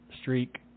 streak